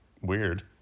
weird